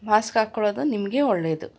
mask ಹಾಕೊಳೋದು ನಿಮಗೇ ಒಳ್ಳೆದು